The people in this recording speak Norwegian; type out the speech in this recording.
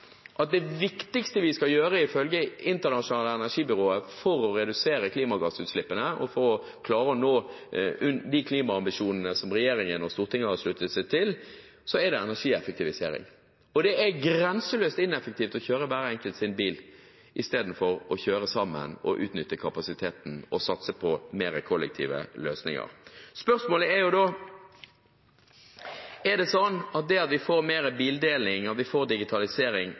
at det viktigste vi ifølge Det internasjonale energibyrået skal gjøre for å redusere klimagassutslippene og klare å nå de klimaambisjonene som regjeringen og Stortinget har sluttet seg til, er energieffektivisering. Det er grenseløst ineffektivt at hver enkelt kjører sin bil i stedet for å kjøre sammen, utnytte kapasiteten og satse på mer kollektive løsninger. Spørsmålet er da: Det at vi får mer bildeling, og at vi får digitalisering,